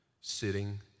sitting